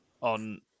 on